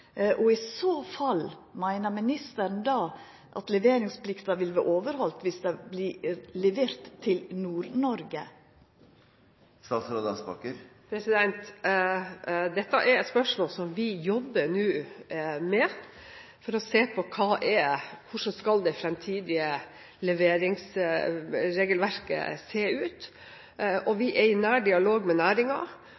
I så fall: Meiner ministeren at leveringsplikta vil verta overheldt dersom det vert levert til Nord-Noreg? Dette er et spørsmål som vi nå jobber med for å se på hvordan det fremtidige leveringsregelverket skal se ut. Vi er i nær dialog med næringen, og